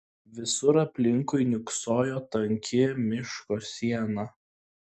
visur aplinkui niūksojo tanki miško siena